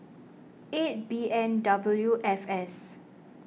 eight B N W F S